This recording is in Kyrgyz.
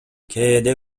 кээде